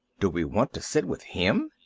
do we want to sit with him?